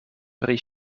pri